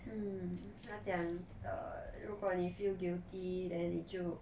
mm 她讲如果 err 如果你 feel guilty then 你就